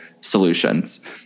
solutions